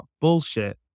bullshit